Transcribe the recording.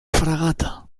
fragata